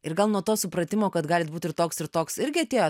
ir gal nuo to supratimo kad galit būt ir toks ir toks irgi atėjo